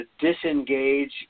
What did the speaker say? disengage